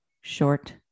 short